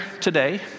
today